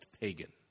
pagan